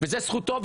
וזו זכותו,